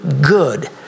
good